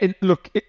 Look